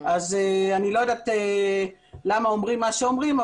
אני לא יודעת למה אומרים מה שאומרים,